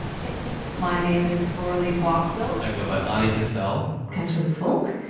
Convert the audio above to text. testing. my name is laura-lee balkwill. i go by ani patel. catherine falk.